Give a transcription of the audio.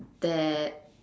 that